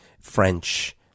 French